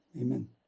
Amen